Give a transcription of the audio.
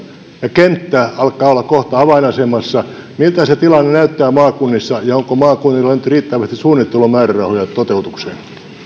ja kenttä alkavat olla kohta avainasemassa miltä se tilanne näyttää maakunnissa ja onko maakunnilla nyt riittävästi suunnittelumäärärahoja toteutukseen